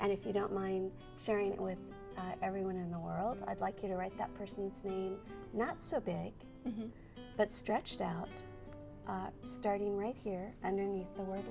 and if you don't mind sharing it with everyone in the world i'd like you to write that person's name not so big but stretched out starting right here underneath the word